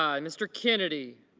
um mr. kennedy